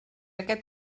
aquest